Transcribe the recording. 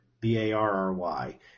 B-A-R-R-Y